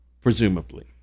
presumably